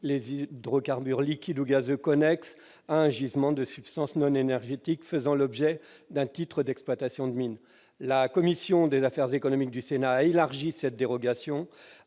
les hydrocarbures liquides ou gazeux connexes à un gisement de substances non énergétiques faisant l'objet d'un titre d'exploitation de mines. La commission des affaires économiques du Sénat a élargi cette dérogation